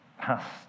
past